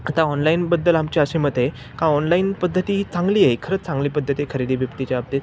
आता ऑनलाईनबद्दल आमचे असे मत आहे का ऑनलाईन पद्धती चांगली आहे खरं चांगली पद्धती आहे खरेदी विक्रीच्या बाबतीत